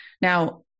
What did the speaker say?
Now